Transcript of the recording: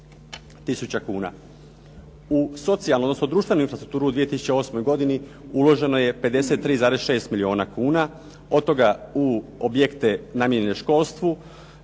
U socijalnu, odnosno društvenu infrastrukturu u 2008. godini uloženo je 53,6 milijuna kuna. Od toga u objekte namijenjene školstvu